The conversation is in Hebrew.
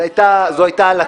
זו הייתה הלצה.